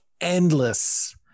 endless